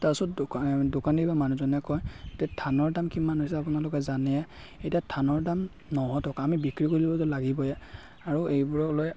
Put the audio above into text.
তাৰপিছত দোকা দোকানী মানুহজনে কয় যে ধানৰ দাম কিমান হৈছে আপোনালোকে জানে এতিয়া ধানৰ দাম নশ টকা আমি বিক্ৰী কৰিবটো লাগিবয়ে আৰু এইবোৰক লৈ